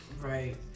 Right